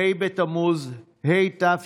ה' בתמוז התשפ"א,